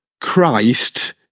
Christ